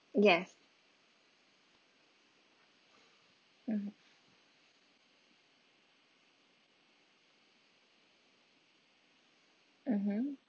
yes mmhmm mmhmm